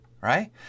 right